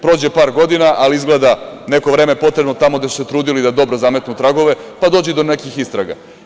Prođe par godina, ali izgleda da je neko vreme potrebno tamo gde su se trudili da dobro zametnu tragove, pa dođe i do nekih istraga.